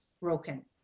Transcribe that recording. broken